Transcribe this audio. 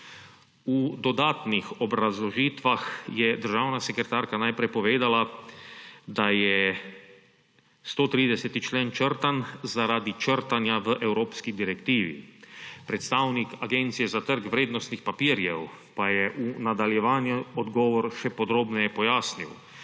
V dodatnih obrazložitvah je državna sekretarka najprej povedala, da je 130. člen črtan zaradi črtanja v evropski direktivi. Predstavnik Agencije za trg vrednostnih papirjev pa je v nadaljevanju odgovor še podrobneje pojasnil,